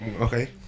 okay